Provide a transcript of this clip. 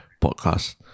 podcast